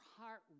heart